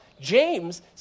James